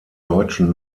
deutschen